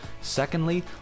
Secondly